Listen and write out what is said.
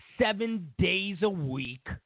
seven-days-a-week